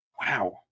Wow